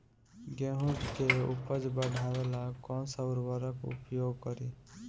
गेहूँ के उपज बढ़ावेला कौन सा उर्वरक उपयोग करीं?